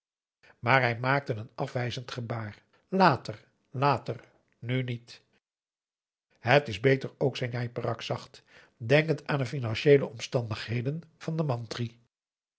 maar hij maakte een afwijzend gebaar later later nu niet het is beter ook zei njai peraq zacht denkend aän de financieele omstandigheden van den mantri